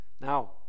Now